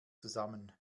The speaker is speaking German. zusammen